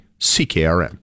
CKRM